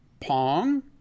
pong